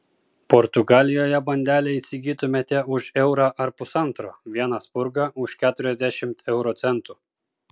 portugalijoje bandelę įsigytumėte už eurą ar pusantro vieną spurgą už keturiasdešimt euro centų